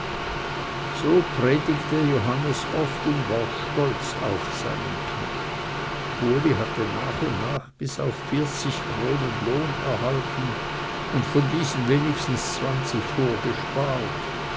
so predigte johannes oft und war stolz auf seinen knecht uli hatte nach und nach bis auf vierzig kronen lohn erhalten und von diesen wenigstens zwanzig vorgespart